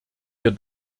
wir